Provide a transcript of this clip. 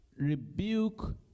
rebuke